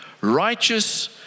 righteous